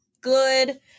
good